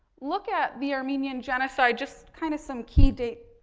look at the armenian genocide, just kind of some key dates,